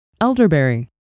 Elderberry